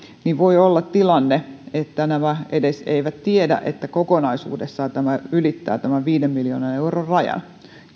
voi olla tilanne että nämä eivät edes tiedä että kokonaisuudessaan tämä ylittää viiden miljoonan euron rajan